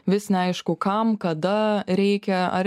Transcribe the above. vis neaišku kam kada reikia ar